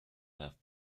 have